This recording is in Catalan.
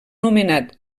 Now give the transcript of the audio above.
nomenat